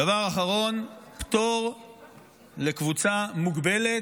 דבר אחרון: פטור לקבוצה מוגבלת,